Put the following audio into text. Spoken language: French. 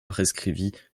prescrivit